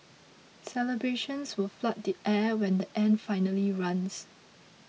celebrations will flood the air when the end finally runs